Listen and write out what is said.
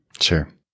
Sure